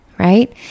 right